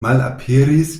malaperis